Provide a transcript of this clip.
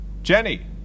Jenny